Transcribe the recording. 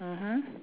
mmhmm